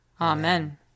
Amen